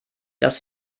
dass